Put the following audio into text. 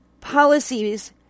policies